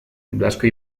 blasco